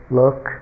look